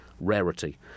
rarity